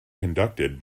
conducted